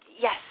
yes